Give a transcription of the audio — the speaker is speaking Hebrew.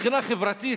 מבחינה חברתית,